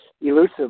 elusive